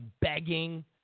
begging